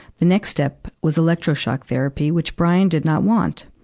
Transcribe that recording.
the next step was electroshock therapy, which brian did not want.